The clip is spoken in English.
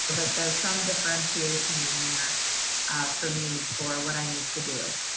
that there's some differentiation in there for me for what i need to do.